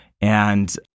And-